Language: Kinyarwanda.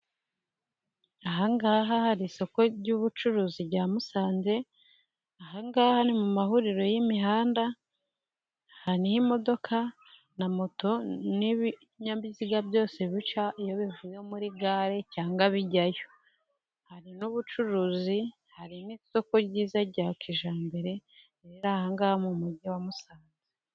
Ahangaha hari isoko ry'ubucuruzi rya Musanze, aha ngaha ni mu mahuriro y'imihanda, aha niho imodoka na moto n'ibinyabiziga byose bica iyo bivuye muri gare cyangwa bijyayo. Hari n'ubucuruzi, hari n'isoko ryiza rya kijyambere, riri aha ngaha mu mujyi wa Musanze.